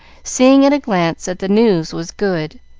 seeing at a glance that the news was good.